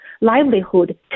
livelihood